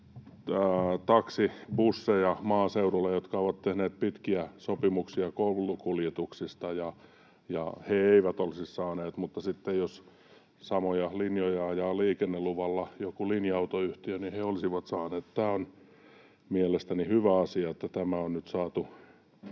taksibusseja, jotka ovat tehneet pitkiä sopimuksia koulukuljetuksista, ja he eivät olisi saaneet, mutta sitten jos samoja linjoja ajaa liikenneluvalla joku linja-autoyhtiö, niin he olisivat saaneet. Tämä on mielestäni hyvä asia, että tämä on nyt saatu